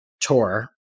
tour